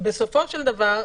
בסופו של דבר,